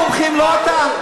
הם המומחים, לא אתה.